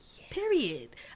Period